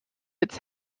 its